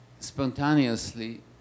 spontaneously